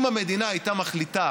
אם המדינה הייתה מחליטה